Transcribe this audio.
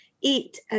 eat